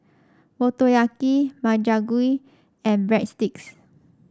Motoyaki Makchang Gui and Breadsticks